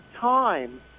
time